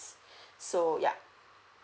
so ya